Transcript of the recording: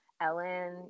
Ellen